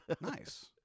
nice